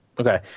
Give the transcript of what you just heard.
Okay